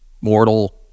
mortal